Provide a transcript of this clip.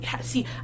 see